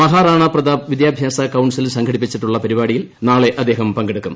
മഹാറാണ പ്രതാപ് വിദ്യാഭ്യാസ കൌൺസിൽ സംഘടിപ്പിച്ചിട്ടുള്ള പരിപാടിയിൽ നാളെ അദ്ദേഹം പങ്കെടുക്കും